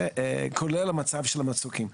כולל המצב של המצוקים.